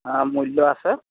মূল্য আছে